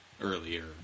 earlier